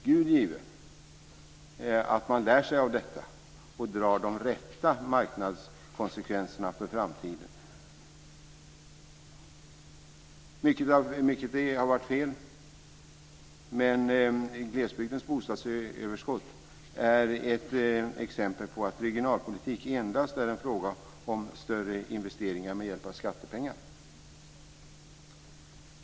Gud give att man lär sig av detta och drar de rätta marknadskonsekvenserna för framtiden. Mycket har varit fel, men glesbygdens bostadsöverskott är ett exempel på att regionalpolitik inte endast är en fråga om större investeringar med hjälp av skattepengar.